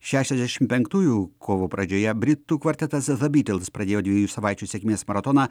šešiasdešim penktųjų kovo pradžioje britų kvartetas the beatles pradėjo dviejų savaičių sėkmės maratoną